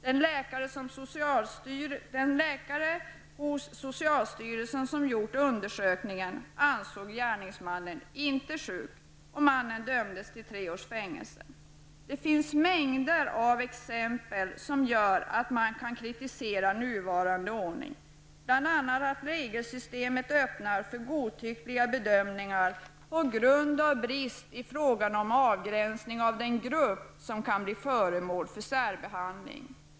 Den läkare hos socialstyrelsen som gjorde undersökningen ansåg att gärningsmannen inte var sjuk. Mannen dömdes till tre års fängelse. Det finns en mängd av exempel som gör att man kan kritisera nuvarande ordning. Regelsystemet öppnar bl.a. för godtyckliga bedömningar på grund av att det saknas avgränsning av den grupp som kan bli föremål för särbehandling.